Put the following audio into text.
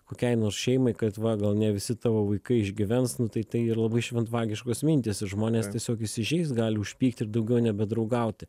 kokiai nors šeimai kad va gal ne visi tavo vaikai išgyvens nu tai tai yra labai šventvagiškos mintys žmonės tiesiog įsižeis gali užpykti ir daugiau nebedraugauti